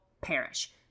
perish